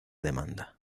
demanda